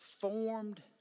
formed